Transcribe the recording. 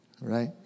right